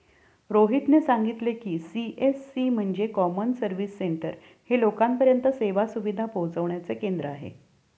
रोहितने सांगितले की, सी.एस.सी म्हणजे कॉमन सर्व्हिस सेंटर हे लोकांपर्यंत सेवा सुविधा पोहचविण्याचे केंद्र आहे